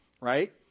right